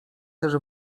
też